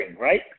right